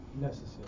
necessary